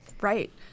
Right